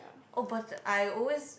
oh but I always